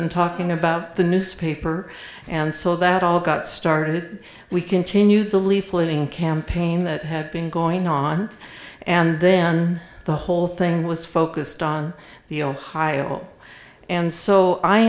and talking about the newspaper and so that all got started we continued the leafleting campaign that had been going on and then the whole thing was focused on the ohio and so i